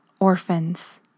orphans